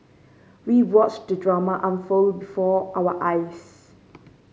we watched the drama unfold before our eyes